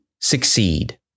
succeed